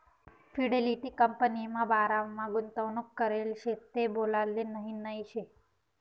Fidelity कंपनीमा बारामा गुंतवणूक करेल शे ते बोलाले नही नही शे